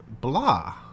blah